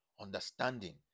Understanding